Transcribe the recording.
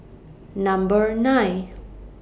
Number nine